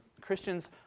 Christians